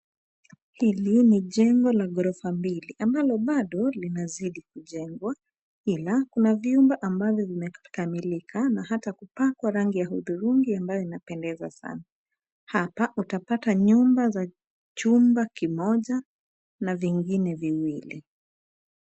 Hili ni jengo la ghorofa mbili ambalo bado linazidi kujengwa ila kuna vyumba ambavyo vimekamilika na hata kupakwa rangi ya hudhurungi ambayo inapendeza sana. Hapa utapata nyumba za jumba kimoja na vingine viwili.